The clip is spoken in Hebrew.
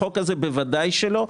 החוק הזה בוודאי שלא.